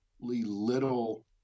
little